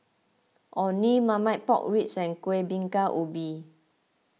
Orh Nee Marmite Pork Ribs and Kueh Bingka Ubi